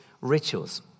rituals